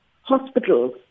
hospitals